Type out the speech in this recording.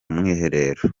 mwiherero